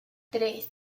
tres